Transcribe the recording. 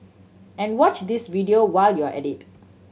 and watch this video while you're at it